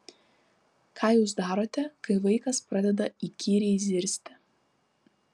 ką jūs darote kai vaikas pradeda įkyriai zirzti